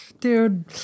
dude